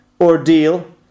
ordeal